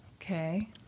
Okay